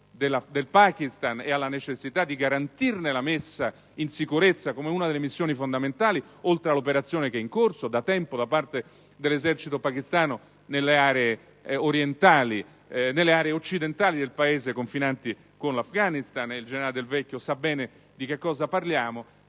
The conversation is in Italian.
del Pakistan e alla necessità di garantirne la messa in sicurezza come ad una delle missioni fondamentali, oltre all'operazione che è in corso da tempo da parte dell'esercito pakistano nelle aree occidentali del Paese confinanti con l'Afghanistan; il collega senatore generale Del Vecchio sa bene di cosa parliamo.